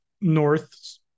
north